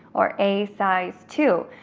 or a size two.